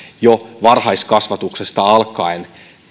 jo varhaiskasvatuksesta alkaen